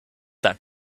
that